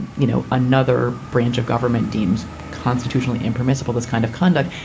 and you know, another branch of government deems constitutionally impermissible, this kind of conduct.